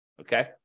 okay